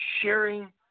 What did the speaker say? sharing